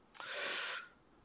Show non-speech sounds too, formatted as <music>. <breath>